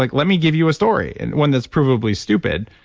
like let me give you a story and one that's provably stupid.